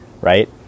right